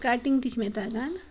cutting تہِ چھِ مےٚ تَگان